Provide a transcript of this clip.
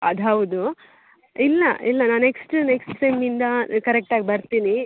ಅದು ಹೌದು ಇಲ್ಲ ಇಲ್ಲ ನಾನು ನೆಕ್ಸ್ಟ್ ನೆಕ್ಸ್ಟ್ ಸೆಮ್ಮಿಂದ ಕರೆಕ್ಟಾಗಿ ಬರ್ತೀನಿ